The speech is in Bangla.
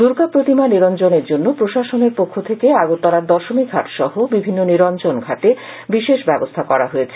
দূর্গা প্রতিমা নিরঞ্জনের জন্য প্রশাসনের পক্ষ থেকে আগরতলার দশমীঘাটসহ বিভিন্ন নিরঞ্জন ঘাটে বিশেষ ব্যবস্থা করা হয়েছে